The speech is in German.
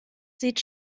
sieht